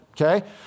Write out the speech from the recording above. Okay